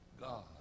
God